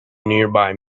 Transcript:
nearby